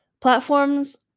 platforms